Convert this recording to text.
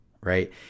right